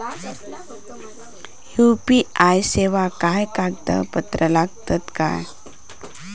UPI सेवाक काय कागदपत्र लागतत काय?